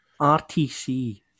RTC